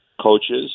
coaches